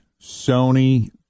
Sony